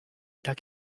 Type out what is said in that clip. tak